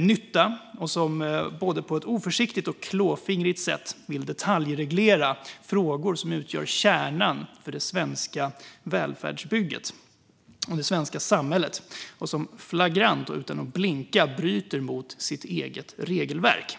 nytta och som på ett både oförsiktigt och klåfingrigt sätt vill detaljreglera frågor som utgör kärnan i det svenska välfärdsbygget och det svenska samhället och som flagrant och utan att blinka bryter mot sitt eget regelverk.